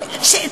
רבנים.